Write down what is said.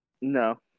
No